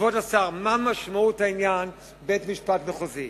כבוד השר, מה משמעות העניין בית-משפט מחוזי?